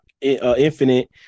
Infinite